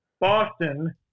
Boston